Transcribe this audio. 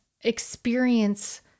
experience